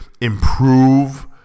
improve